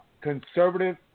Conservative